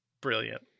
Brilliant